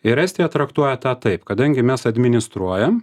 ir estija traktuoja tą taip kadangi mes administruojam